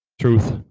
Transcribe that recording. Truth